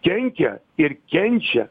kenkia ir kenčia